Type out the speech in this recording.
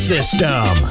System